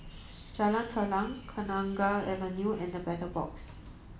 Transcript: Jalan Telang Kenanga Avenue and The Battle Box